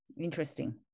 Interesting